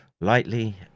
lightly